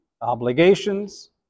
obligations